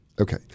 okay